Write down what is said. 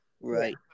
Right